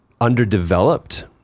underdeveloped